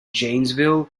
janesville